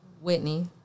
Whitney